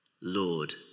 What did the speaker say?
Lord